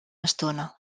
estona